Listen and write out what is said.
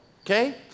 okay